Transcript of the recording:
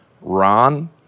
Ron